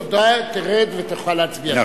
תודה, תרד ותוכל להצביע.